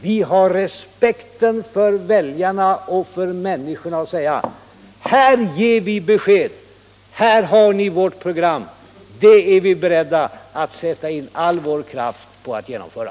Vi socialdemokrater hyser respekt för väljarna. Vi säger till dem: Här ger vi besked. Här har ni vårt program. Det är vi beredda att sätta in all vår kraft på att genomföra.